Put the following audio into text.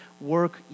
work